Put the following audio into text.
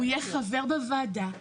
הוא יהיה חבר בוועדה,